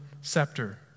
scepter